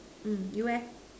you